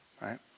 right